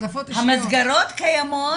המסגרות קיימות,